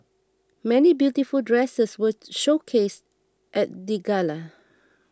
many beautiful dresses were showcased at the gala